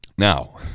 Now